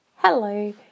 Hello